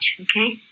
okay